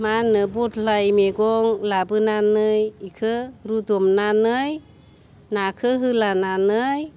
मा होनो बथलाय मैगं लाबोनानै एखौ रुदबनानै नाखौ होलानानै